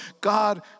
God